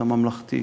הממלכתית.